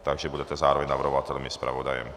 Takže budete zároveň navrhovatelem i zpravodajem.